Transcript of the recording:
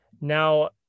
Now